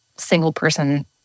single-person